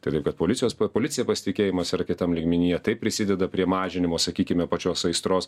tai taip kad policijos pa policija pasitikėjimas yra kitam lygmenyje tai prisideda prie mažinimo sakykime pačios aistros